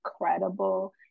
incredible